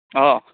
অঁ